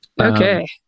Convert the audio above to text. Okay